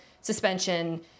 suspension